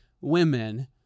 women